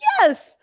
Yes